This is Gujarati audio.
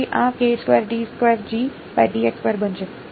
તેથી આ બનશે